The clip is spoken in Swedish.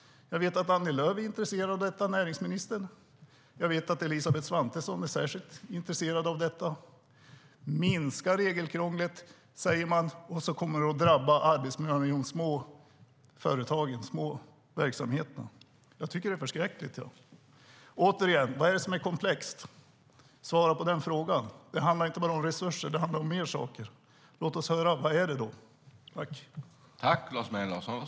Jag vet att näringsminister Annie Lööf är intresserad av det, och jag vet att Elisabeth Svantesson är särskilt intresserad av det. Man talar om att minska regelkrånglet, men det kommer att drabba arbetsmiljön på små företag och verksamheter. Det är förskräckligt. Återigen: Vad är det som är komplext? Svara på den frågan! Det handlar inte bara om resurser utan om mer saker. Låt oss då höra vad det är för saker.